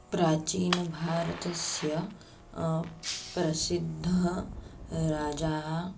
प्राचीनभारतस्य प्रसिद्धः राजा